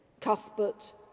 Cuthbert